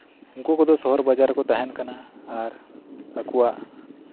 ᱡᱟᱨ ᱨᱮᱠᱩ ᱛᱟᱦᱮᱸᱱ ᱠᱟᱱᱟ ᱟᱨ ᱟᱠᱩᱣᱟᱜ